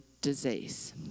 disease